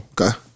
Okay